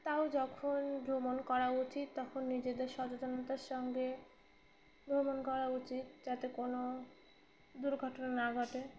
তাও যখন ভ্রমণ করা উচিত তখন নিজেদের সচেতনতার সঙ্গে ভ্রমণ করা উচিত যাতে কোনো দুর্ঘটনা না ঘটে